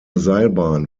seilbahn